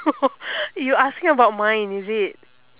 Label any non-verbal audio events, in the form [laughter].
[laughs] you asking about mine is it